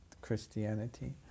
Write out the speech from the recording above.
Christianity